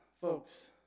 folks